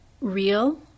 real